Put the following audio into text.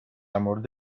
مورد